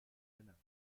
benannt